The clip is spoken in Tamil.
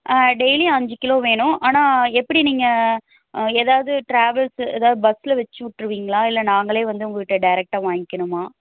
ஆ டெய்லியும் அஞ்சு கிலோ வேணும் ஆனால் எப்படி நீங்கள் எதாவது ட்ராவல்ஸ் ஏதாவது பஸ்ஸில் வச்சு விட்ருவீங்களா இல்லை நாங்களே வந்து உங்கள்கிட்ட டேரெக்டாக வாங்கிக்கணும்மா